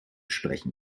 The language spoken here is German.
sprechen